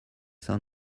son